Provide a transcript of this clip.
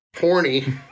Horny